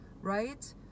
right